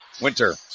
Winter